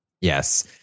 Yes